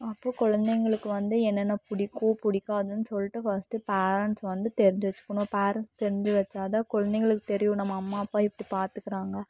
அப்போது குழந்தைங்களுக்கு வந்து என்னென்ன பிடிக்கும் பிடிக்காதுன்னு சொல்லிட்டு ஃபர்ஸ்ட் பேரண்ட்ஸ் வந்து தெரிஞ்சு வச்சுக்கணும் பேரண்ட்ஸ் தெரிஞ்சு வச்சாதான் குழந்தைங்களுக்கு தெரியும் நம்ம அம்மா அப்பா எப்படி பார்த்துக்குறாங்க